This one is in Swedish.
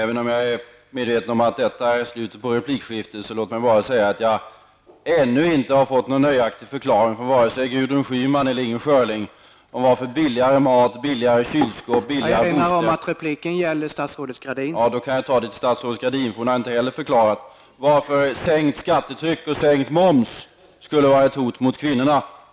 replik: Herr talman! Jag kan då i stället rikta frågan till Anita Gradin, eftersom hon inte heller har förklarat varför sänkt skattetryck och sänkt moms skulle vara ett hot mot kvinnorna.